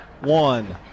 one